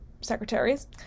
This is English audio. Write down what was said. secretaries